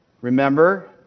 Remember